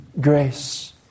grace